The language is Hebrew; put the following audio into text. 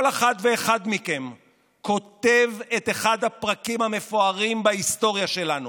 כל אחד ואחד מכם כותב את אחד הפרקים המפוארים בהיסטוריה שלנו.